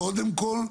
קודם כול,